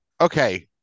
okay